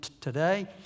today